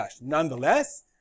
Nonetheless